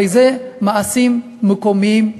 הרי אלו מעשים מקומיים,